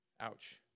Ouch